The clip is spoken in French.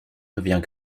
devient